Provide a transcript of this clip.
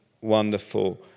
wonderful